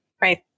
Right